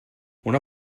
una